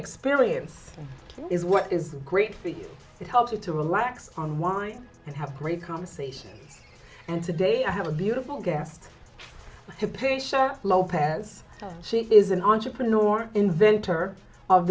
experience is what is great for you it helps you to relax on wine and have great conversation and today i have a beautiful guest lopez she is an entrepreneur